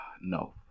No